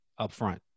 upfront